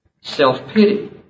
Self-pity